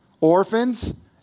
Orphans